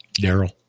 Daryl